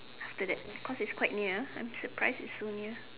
after that because it's quite near I'm surprised it's so near